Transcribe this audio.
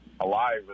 alive